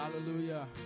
Hallelujah